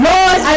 Lord